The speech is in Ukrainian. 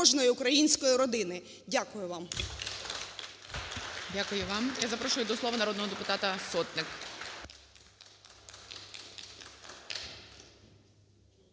Дякую вам.